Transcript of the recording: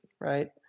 Right